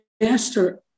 master